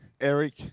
Eric